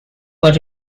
were